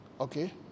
Okay